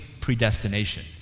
predestination